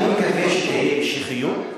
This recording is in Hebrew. אני מקווה שתהיה המשכיות,